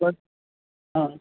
تو ہاں